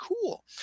cool